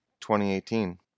2018